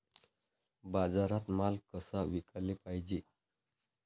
बाजारात माल कसा विकाले पायजे?